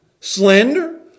slander